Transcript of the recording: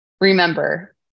Remember